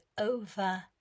over